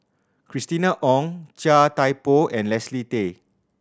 Christina Ong Chia Thye Poh and Leslie Tay